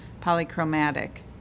polychromatic